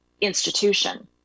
institution